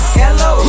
hello